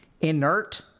inert